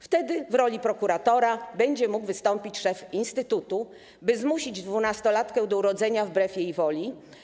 Wtedy w roli prokuratora będzie mógł wystąpić szef instytutu, by zmusić dwunastolatkę do urodzenia wbrew jej woli.